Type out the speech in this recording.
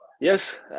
yes